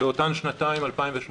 באותן שנתיים 2018,